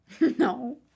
No